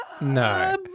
No